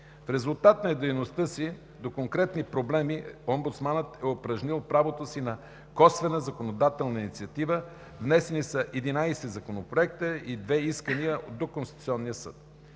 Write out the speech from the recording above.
В резултат на дейността си по конкретни проблеми омбудсманът е упражнил правото си на косвена законодателна инициатива – внесени са 11 законопроекта и 2 искания до Конституционния съд.